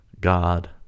God